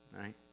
right